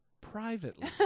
privately